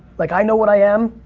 like i know what i am.